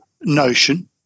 notion